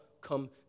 come